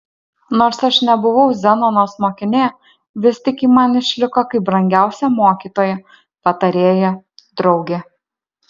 nors aš nebuvau zenonos mokinė vis tik ji man išliko kaip brangiausia mokytoja patarėja draugė